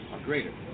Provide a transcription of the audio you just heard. greater